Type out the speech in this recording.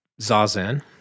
zazen